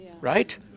right